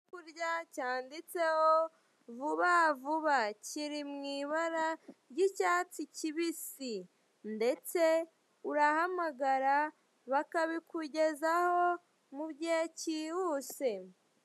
Icyo kurya cyanditseho Vuba vuba, kiri mu ibara ry'icyatsi kibisi ndetse urahamagara bakabikugezaho mu gihe cyihuse.